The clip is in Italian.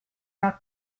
una